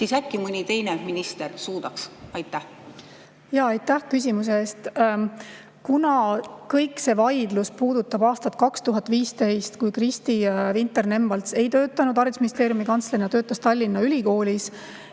siis äkki mõni teine minister suudaks? Aitäh küsimuse eest! Kogu see vaidlus puudutab aastat 2015, kui Kristi Vinter-Nemvalts ei töötanud haridusministeeriumi kantslerina, töötas Tallinna Ülikoolis.